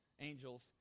angels